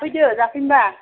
जाफैदो जाफैनोब्ला